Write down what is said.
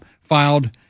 filed